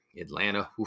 Atlanta